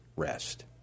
Rest